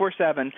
24-7